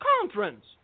conference